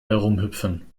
herumhüpfen